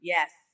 Yes